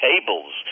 tables